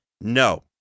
No